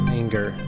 anger